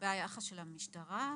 לגבי היחס של המשטרה,